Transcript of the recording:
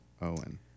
Owen